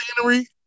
scenery